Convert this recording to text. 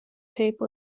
tape